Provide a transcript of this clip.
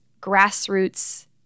grassroots